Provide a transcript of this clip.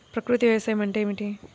ప్రకృతి వ్యవసాయం అంటే ఏమిటి?